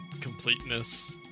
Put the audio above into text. Completeness